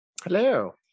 Hello